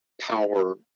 power